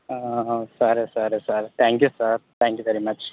సరే సరే sir thank you sir thank you very much